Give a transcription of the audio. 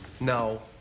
No